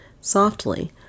Softly